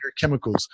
chemicals